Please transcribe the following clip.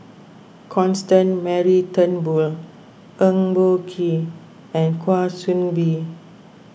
Constance Mary Turnbull Eng Boh Kee and Kwa Soon Bee